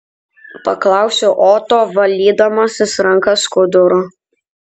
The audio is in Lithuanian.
paklausiu oto valydamasis rankas skuduru